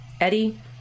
Eddie